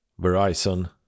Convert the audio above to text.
Verizon